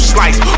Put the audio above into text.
Slice